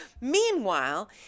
meanwhile